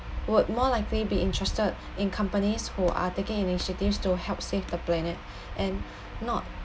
would more likely be interested in companies who are taking initiatives to help save the planet and not